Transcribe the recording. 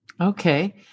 Okay